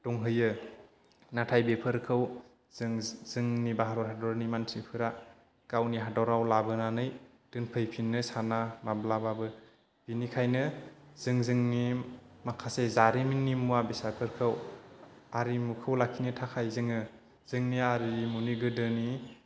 दंहैयो नाथाय बेफोरखौ जों जोंंनि भारत हादरनि मानसिफोरा गावनि हादरआव लाबोनानै दोनफैफिननो साना माब्लाबाबो बिनिखायनो जों जोंनि माखासे जारिमिननि मुवा बेसादफोरखौ आरिमुखौ लाखिनो थाखाय जोङो जोंनि आरिमुनि गोदोनि